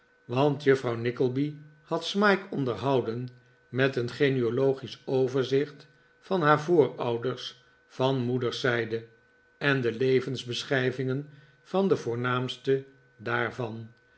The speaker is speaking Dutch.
want juffrouw nickleby had smike onderhouden met een genealogisch overzicht van haar voorouders van moederszijde en de levensbeschrijvingen van de voornaamsten daarvan